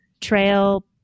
trail